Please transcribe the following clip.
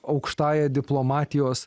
aukštąja diplomatijos